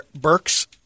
Burks